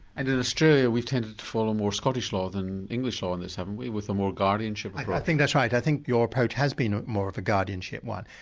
and in australia we've tended to follow more scottish law than english law in this haven't we, with a more guardianship approach? i think that's right, i think your approach has been more of a guardianship one.